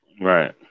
Right